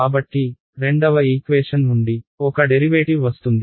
కాబట్టి రెండవ ఈక్వేషన్ నుండి ఒక డెరివేటివ్ వస్తుంది